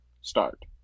Start